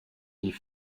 die